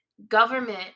government